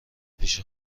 پیش